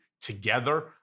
together